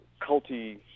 culty